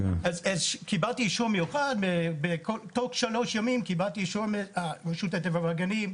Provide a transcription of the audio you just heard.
קיבלתי אישור מיוחד תוך שלושה ימים מרשות הטבע והגנים,